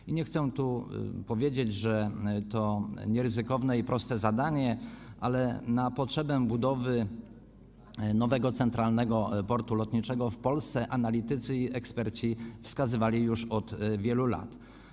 I nie chcę tu powiedzieć, że to nieryzykowne i proste zadanie, ale na potrzebę budowy nowego, centralnego portu lotniczego w Polsce analitycy i eksperci wskazywali już od wielu lat.